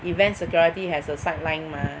event security as a sideline mah